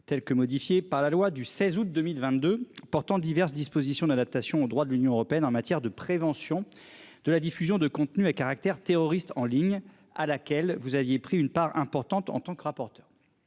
telle que modifiée par la loi du 16 août 2022 portant diverses dispositions d'adaptation au droit de l'Union européenne en matière de prévention de la diffusion de contenus à caractère terroriste en ligne à laquelle vous aviez pris une part importante en tant que rapporteur.